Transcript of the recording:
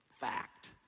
Fact